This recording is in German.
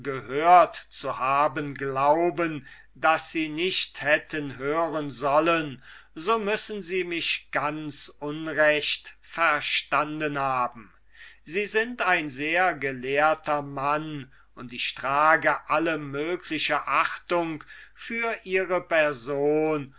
gehört zu haben glauben das sie nicht hätten hören sollen so müssen sie mich ganz unrecht verstanden haben sie sind ein sehr gelehrter mann und ich trage alle mögliche achtung für ihre person